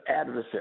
adversary